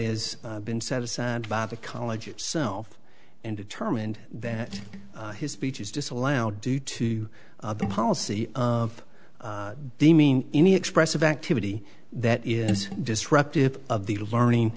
is been set aside by the college itself and determined that his speech is disallowed due to the policy of demean any expressive activity that is disruptive of the learning